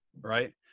right